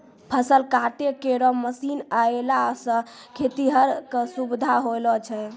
फसल काटै केरो मसीन आएला सें खेतिहर क सुबिधा होलो छै